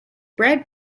bred